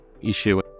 issue